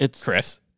Chris